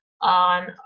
on